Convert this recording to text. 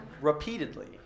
Repeatedly